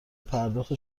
پرداخت